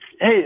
hey